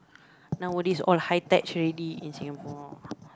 nowadays all high techs already in Singapore